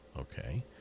Okay